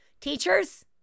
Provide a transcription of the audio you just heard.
Teachers